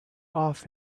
off